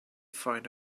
find